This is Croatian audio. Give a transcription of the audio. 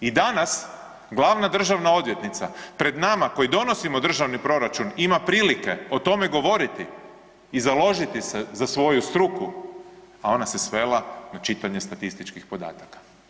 I danas glavna državna odvjetnica pred nama koji donosimo državni proračun ima prilike o tome govoriti i založiti se za svoju struku, a ona se svela na čitanje statističkih podataka.